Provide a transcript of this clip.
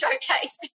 showcase